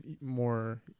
more